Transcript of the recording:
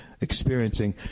experiencing